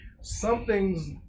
something's